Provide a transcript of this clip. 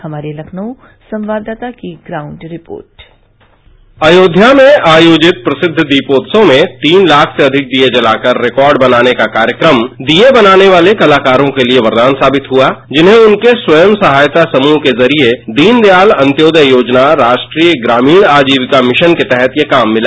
हमारे लखनऊ संवाददाता की ग्राउंड रिपोर्ट अयोध्या में आयोजित प्रसिद्ध दीपोत्सव में तीन लाख से अधिक दीये जलाकर रिकॉर्ड बनाने का कार्यक्रम दीये बनाने वाले कलाकारों के लिए करदान सावित हुआ जिन्हें उनके स्वंय सहायता समूहों के जरिये दीन दयाल अंत्योदय योजना राष्ट्रीय ग्रामीण आजीविका मिशन के तहत यह काम मिला